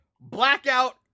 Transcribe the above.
Blackout